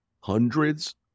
hundreds